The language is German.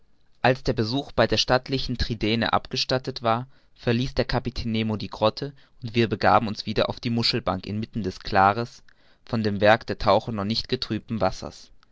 als der besuch bei der stattlichen tridaene abgestattet war verließ der kapitän nemo die grotte und wir begaben uns wieder auf die muschelbank inmitten des klaren von dem werk der taucher noch nicht getrübten wassers